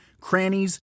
crannies